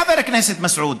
חבר הכנסת מסעוד,